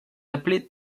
appelé